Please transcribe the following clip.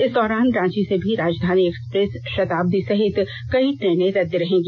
इस दौरान रांची से भी राजधानी एक्सप्रेस शताब्दी सहित कई ट्रेनें रद्द रहेंगी